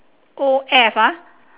O F ah